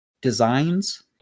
designs